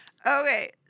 Okay